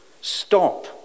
stop